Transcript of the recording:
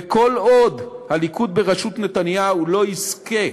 וכל עוד הליכוד בראשות נתניהו לא יזכה